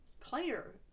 player